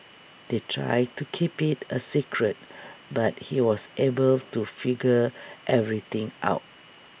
they tried to keep IT A secret but he was able to figure everything out